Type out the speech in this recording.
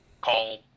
call